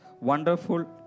Wonderful